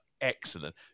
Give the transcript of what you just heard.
excellent